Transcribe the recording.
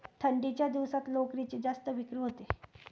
थंडीच्या दिवसात लोकरीची जास्त विक्री होते